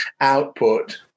output